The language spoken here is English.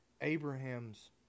abraham's